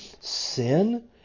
Sin